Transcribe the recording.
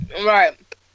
Right